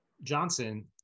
Johnson